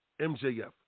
MJF